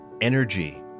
Energy